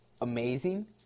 amazing